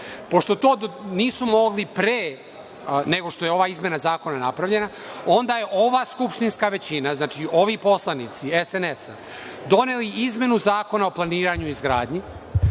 Pošto to nisu mogli pre nego što je ova izmena zakona napravljena, onda je ova skupštinska većina, znači ovi poslanici SNS-a, doneli izmenu Zakona o planiranju i izgradnji